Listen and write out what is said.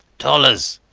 dollars!